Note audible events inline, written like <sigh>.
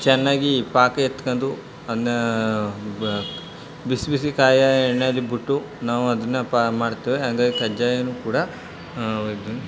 ಚೆನ್ನಾಗಿ ಪಾಕ ಎತ್ಕೊಂಡು ಅದನ್ನು ಬಿಸಿ ಬಿಸಿ ಕಾಯೋ ಎಣ್ಣೆಯಲ್ಲಿ ಬಿಟ್ಟು ನಾವದನ್ನು ಪಾ ಮಾಡ್ತೇವೆ ಹಂಗಾಗ್ ಕಜ್ಜಾಯನೂ ಕೂಡ <unintelligible>